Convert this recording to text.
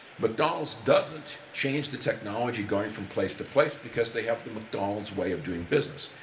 mcdonald's doesn't change the technology going from place to place because they have the mcdonald's way of doing business.